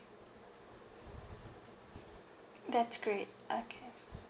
that's great okay